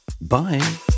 bye